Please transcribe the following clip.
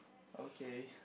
okay